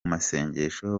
masengesho